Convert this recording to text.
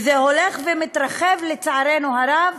וזה הולך ומתרחב, לצערנו הרב,